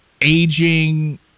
aging